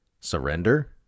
Surrender